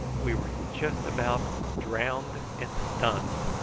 we were just about drowned and stunned,